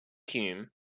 hume